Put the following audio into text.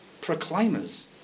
proclaimers